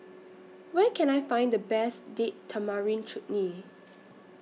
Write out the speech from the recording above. Where Can I Find The Best Date Tamarind Chutney